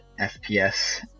FPS